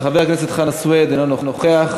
חבר הכנסת חנא סוייד, אינו נוכח.